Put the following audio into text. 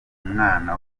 umwana